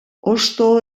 hosto